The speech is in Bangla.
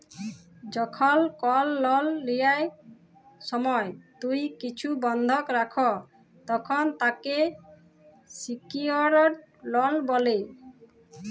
যখল কল লল লিয়ার সময় তুম্হি কিছু বল্ধক রাখ, তখল তাকে সিকিউরড লল ব্যলে